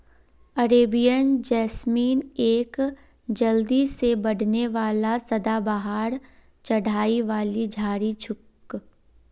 Arabian jasmine एक जल्दी से बढ़ने वाला सदाबहार चढ़ाई वाली झाड़ी छोक